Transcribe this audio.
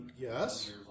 Yes